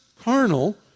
carnal